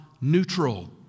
neutral